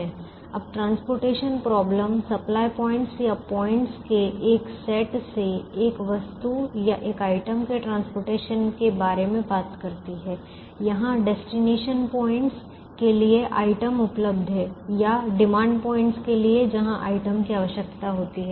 अब परिवहन समस्या आपूर्ति बिंदु सप्लाय पॉइंटस supply points या बिन्दुओ पॉइंटस points के एक सेट से एक वस्तु या एक ही वस्तु के परिवहन के बारे में बात करती है जहां गंतव्य बिंदु डेस्टिनेशन पॉइंटस destination points के लिए वस्तु उपलब्ध है या मांग बिंदु डिमांड पॉइंटस demand points के लिए जहां वस्तु की आवश्यकता होती है